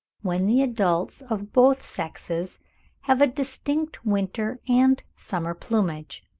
when the adults of both sexes have a distinct winter and summer plumage,